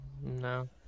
No